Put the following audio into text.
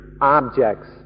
objects